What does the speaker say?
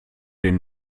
den